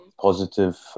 positive